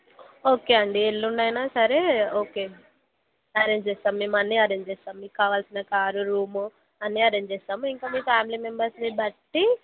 okay అండి ఎల్లుంది అయిన సరే ఓకే అరేంజ్ చేస్తాం మేము అన్నీ అరేంజ్ చేస్తాం మీకు ఇవాల్సిన కారు రూము అన్నీ అరేంజ్ చేస్తాము ఇంకా మీ ఫ్యామిలీ మెంబర్స్ని బట్టి